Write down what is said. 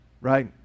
right